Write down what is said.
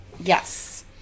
Yes